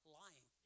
lying